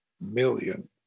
million